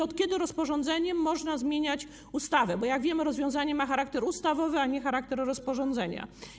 Od kiedy rozporządzeniem można zmieniać ustawę, bo jak wiemy, rozwiązanie ma charakter ustawowy, a nie charakter rozporządzenia?